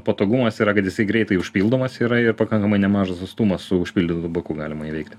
patogumas yra kad jisai greitai užpildomas yra ir pakankamai nemažas atstumas su užpildytu baku galima įveikti